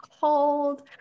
cold